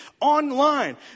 online